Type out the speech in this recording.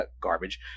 garbage